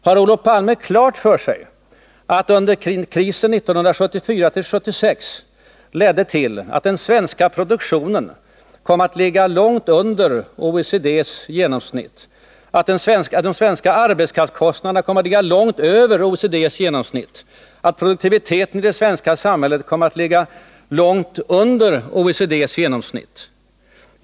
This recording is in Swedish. Har Olof Palme klart för sig att krisen 1974-1976 ledde till att den svenska produktionen kom att ligga långt under OECD:s genomsnitt, att de svenska arbetskraftskostnaderna kom att ligga långt över OECDS:s genomsnitt, att produktiviteten i det svenska samhället kom att ligga långt under OECD:s genomsnitt?